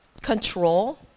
control